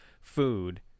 food